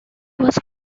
was